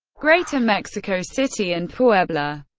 greater mexico city and puebla.